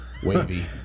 Wavy